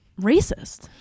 racist